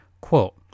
Quote